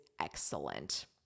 excellent